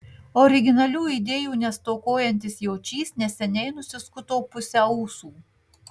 originalių idėjų nestokojantis jočys neseniai nusiskuto pusę ūsų